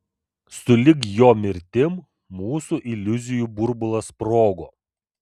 sulig jo mirtim mūsų iliuzijų burbulas sprogo